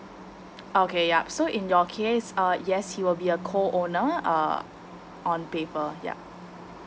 okay yup so in your case uh yes he will be a co owner uh on paper yup